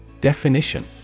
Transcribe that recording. Definition